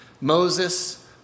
Moses